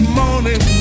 morning